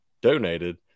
donated